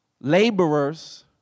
Laborers